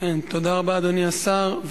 תודה רבה, אדוני השר.